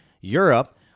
Europe